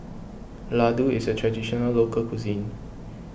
Ladoo is a Traditional Local Cuisine